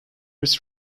its